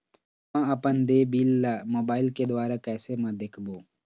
म अपन देय बिल ला मोबाइल के द्वारा कैसे म देखबो?